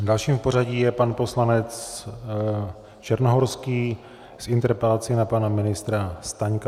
Další v pořadí je pan poslanec Černohorský s interpelací na pana ministra Staňka.